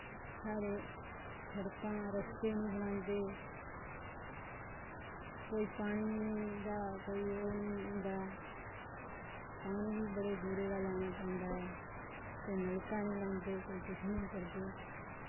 साढ़े शड़कां रस्ते निं बनांदे कोई पानिये दा कोई ओह् निं होंदा पानी वी बड़े दूरे दा लैने पैंदा ऐ कोई नलका निं लांदे कोई किश निं करदे